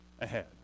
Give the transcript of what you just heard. ahead